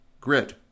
grit